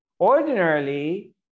ordinarily